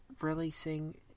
releasing